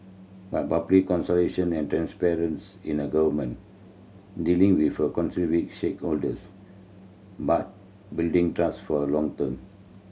but public consultation and transparency in the Government dealing with concerned stakeholders but building trust for a long term